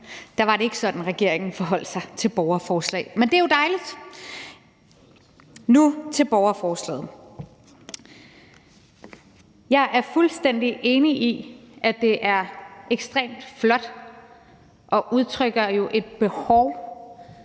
var det ikke sådan, regeringen forholdt sig til borgerforslag. Men det er jo dejligt. Nu til borgerforslaget: Jeg er fuldstændig enig i, at det er ekstremt flot og udtrykker et behov